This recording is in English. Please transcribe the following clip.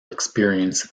experience